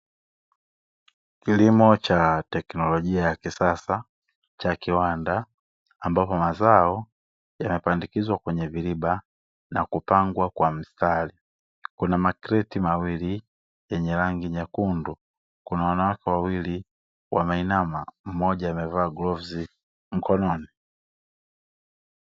Kilimo cha teknolojia chakisasa cha kiwanda ambapo mazao yamepandikizwa kwenye viriba na kupangwa kwa mstari, kuna makreti mawili yenye rangi nyekundu, kuna wanawake wawili wameinama mmoja amevaa glovu mkononi.